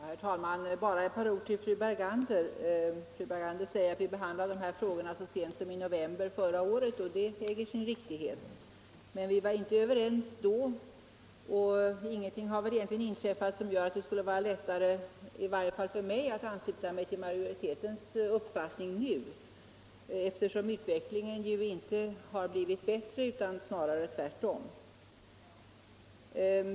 Herr talman! Bara ett par ord till fru Bergander. Hon sade att vi behandlade dessa frågor så sent som i november förra året, och det äger sin riktighet. Men vi var inte överens då, och ingenting har egentligen inträffat som skulle göra det lättare för mig att ansluta mig till majoritetens uppfattning nu. Utvecklingen beträffande den internationella brottsligheten är ju dess värre negativ.